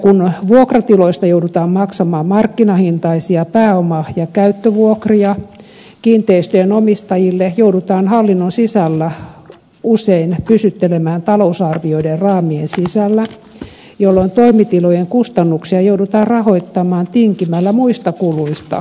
kun vuokratiloista joudutaan maksamaan markkinahintaisia pääoma ja käyttövuokria kiinteistöjen omistajille joudutaan hallinnon sisällä usein pysyttelemään talousarvioiden raamien sisällä jolloin toimitilojen kustannuksia joudutaan rahoittamaan tinkimällä muista kuluista